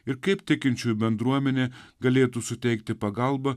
ir kaip tikinčiųjų bendruomenė galėtų suteikti pagalbą